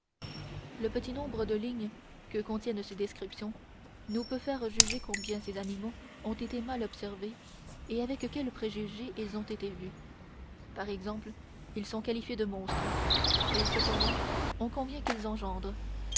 le petit nombre de lignes que contiennent ces descriptions nous peut faire juger combien ces animaux ont été mal observés et avec quels préjugés ils ont été vus par exemple ils sont qualifiés de monstres et cependant on convient qu'ils engendrent